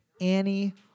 Annie